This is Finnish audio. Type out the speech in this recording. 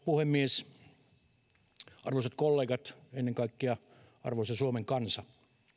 puhemies arvoisat kollegat ennen kaikkea arvoisa suomen kansa